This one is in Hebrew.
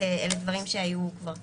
אלה דברים שהיו כבר קודם.